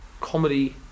comedy